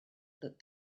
that